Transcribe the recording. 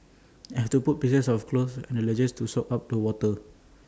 I had to put pieces of cloth on the ledges to soak up the water